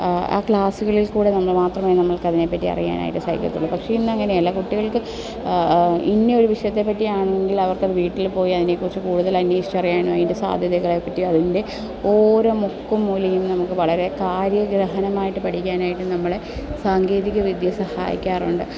ആ ക്ലാസുകളിൽ കൂടെ നമ്മൾ മാത്രമേ നമ്മൾക്ക് അതിനെപ്പറ്റി അറിയാനായിട്ട് സാധിക്കത്തുള്ളൂ പക്ഷെ ഇന്ന് അങ്ങനെയല്ല കുട്ടികൾക്ക് ഇന്ന ഒരു വിഷയത്തെ പറ്റിയാണെങ്കിൽ അവർക്കത് വീട്ടിൽ പോയി അതിനെക്കുറിച്ച് കൂടുതൽ അന്വേഷിച്ചറിയാനും അതിൻ്റെ സാധ്യതകളെ പറ്റി അതിൻ്റെ ഓരോ മുക്കും മൂലയും നമുക്ക് വളരെ കാര്യഗ്രഹണമായിട്ട് പഠിക്കാനായിട്ട് നമ്മളെ സാങ്കേതികവിദ്യ സഹായിക്കാറുണ്ട്